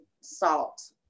salt